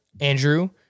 Andrew